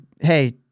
hey